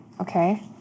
Okay